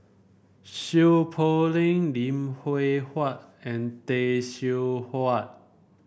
Seow Poh Leng Lim Hwee Hua and Tay Seow Huah